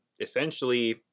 essentially